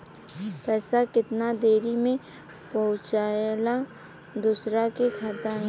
पैसा कितना देरी मे पहुंचयला दोसरा के खाता मे?